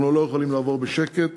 אנחנו לא יכולים לעבור בשקט